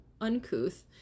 uncouth